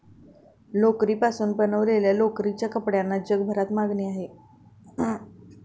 लोकरीपासून बनवलेल्या लोकरीच्या कपड्यांना जगभरात मागणी आहे